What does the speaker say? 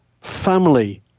family